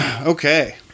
Okay